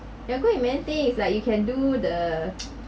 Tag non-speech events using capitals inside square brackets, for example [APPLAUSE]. you are good in many things like you can do the [NOISE]